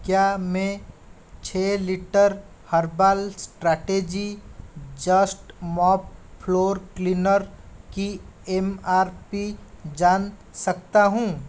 क्या मैं छः litre herbal strategy just mop floor cleaner का एम आर पी जान सकता हूँ